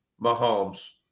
mahomes